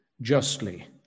justly